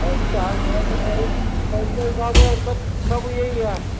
अगरि तव्हां मदद कयो पंहिंजे हिसाब सां सभु सभु इहो ई आहे